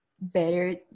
better